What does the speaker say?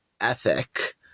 ethic